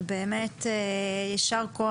פשוט אין.